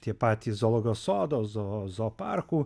tie patys zoologijos sodo zoo zooparkų